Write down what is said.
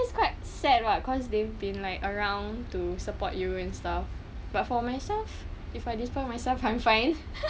it's quite sad lah cause they've been like around to support you and stuff but for myself if I disappoint myself I'm fine